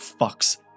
fucks